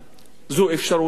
זו אפשרות אחת,